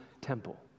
temple